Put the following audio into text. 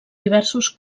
diversos